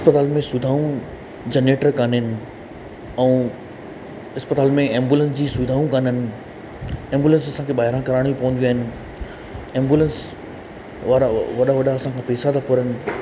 इस्पतालि में सुविधाऊं जनरेटर कोन आहिनि ऐं इस्पतालि में एम्बुलेंस जी सुविधाऊं कोन आहिनि एम्बुलेंस असांखे ॿाहिरां कराइणियूं पवंदियूं आहिनि एम्बुलेंस वारा वॾा वॾा असांखा पैसा था फ़ुरनि